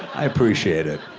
i appreciate it.